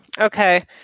okay